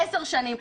עשר שנים,